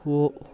हो